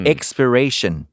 Expiration